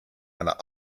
einer